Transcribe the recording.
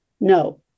No